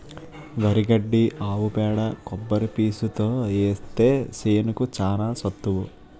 వరి గడ్డి ఆవు పేడ కొబ్బరి పీసుతో ఏత్తే సేనుకి చానా సత్తువ